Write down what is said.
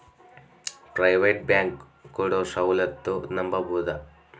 Private bank ಕೊಡೊ ಸೌಲತ್ತು ನಂಬಬೋದ?